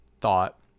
thought